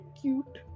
cute